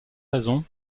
raison